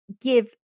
give